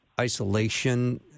isolation